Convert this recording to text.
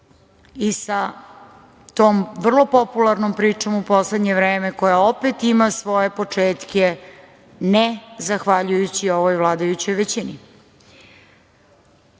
i sa tom vrlo popularnom pričom u poslednje vreme, koja opet ima svoje početke ne zahvaljujući ovoj vladajućoj većini.